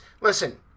listen